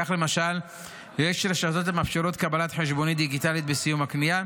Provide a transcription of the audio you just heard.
כך למשל יש רשתות המאפשרות קבלת חשבונית דיגיטלית בסיום הקנייה,